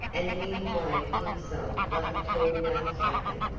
and he had waved himself like a tall young sapling,